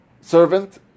servant